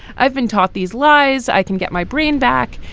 i've been taught these lies. i can get my brain back,